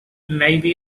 maybe